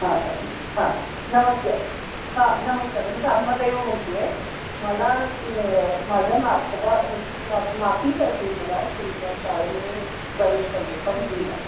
हां नमस्कार हां नमस्कार मी साधना दैव बोलते आहे मला माझ्या नातवा नातीसाठी मला तुमच्या शाळेमध्ये प्रवेश पाहिजे पहिलीला